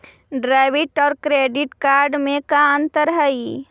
Debit और credit card में का अंतर हइ?